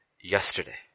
yesterday